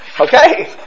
okay